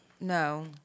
No